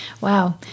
Wow